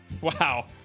Wow